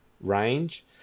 range